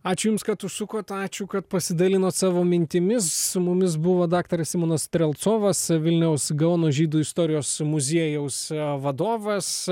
ačiū jums kad užsukot ačiū kad pasidalinot savo mintimis su mumis buvo daktaras simonas strelcovas vilniaus gaono žydų istorijos muziejaus vadovas